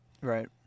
Right